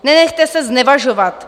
Nenechte se znevažovat.